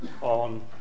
on